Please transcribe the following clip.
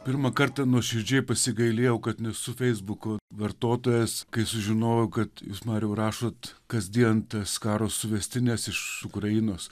pirmą kartą nuoširdžiai pasigailėjau kad nesu feisbuko vartotojas kai sužinojau kad jūs mariau rašot kasdien tas karo suvestines iš ukrainos